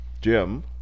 Jim